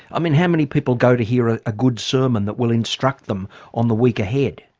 i mean, how many people go to hear a ah good sermon that will instruct them on the week ahead?